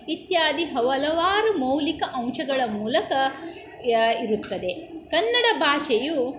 ಇತ್ಯಾದಿ ಹಲವಾರು ಮೌಲಿಕ ಅಂಶಗಳ ಮೂಲಕ ಇರುತ್ತದೆ ಕನ್ನಡ ಭಾಷೆಯು